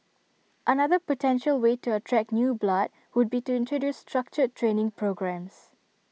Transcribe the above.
another potential way to attract new blood would be to introduce structured training programmes